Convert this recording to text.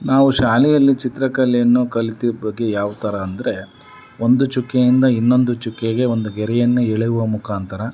ನಾವು ಶಾಲೆಯಲ್ಲಿ ಚಿತ್ರಕಲೆಯನ್ನು ಕಲಿತಿದ್ದ ಬಗ್ಗೆ ಯಾವ ಥರ ಅಂದರೆ ಒಂದು ಚುಕ್ಕೆಯಿಂದ ಇನ್ನೊಂದು ಚುಕ್ಕೆಗೆ ಒಂದು ಗೆರೆಯನ್ನು ಎಳೆಯುವ ಮುಖಾಂತರ